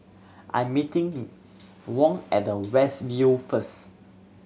I'm meeting Wong at the West View first